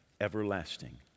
everlasting